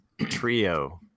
trio